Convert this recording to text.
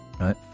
right